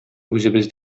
үзебез